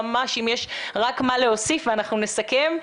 ממש אם יש רק מה להוסיף ואנחנו נסכם.